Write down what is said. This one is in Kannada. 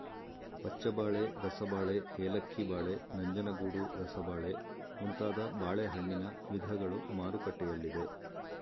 ಪಚ್ಚಬಾಳೆ, ರಸಬಾಳೆ, ಏಲಕ್ಕಿ ಬಾಳೆ, ನಂಜನಗೂಡು ರಸಬಾಳೆ ಮುಂತಾದ ಬಾಳೆಹಣ್ಣಿನ ವಿಧಗಳು ಮಾರುಕಟ್ಟೆಯಲ್ಲಿದೆ